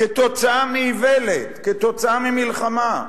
כתוצאה מאיוולת, כתוצאה ממלחמה.